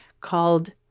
called